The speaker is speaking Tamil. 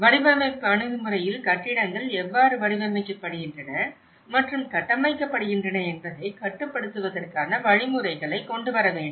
வடிவமைப்பு அணுகுமுறையில் கட்டிடங்கள் எவ்வாறு வடிவமைக்கப்படுகின்றன மற்றும் கட்டமைக்கப்படுகின்றன என்பதைக் கட்டுப்படுத்துவதற்கான வழிமுறைகளை கொண்டுவர வேண்டும்